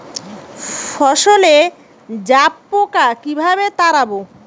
ফসলে জাবপোকা কিভাবে তাড়াব?